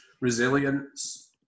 resilience